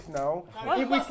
now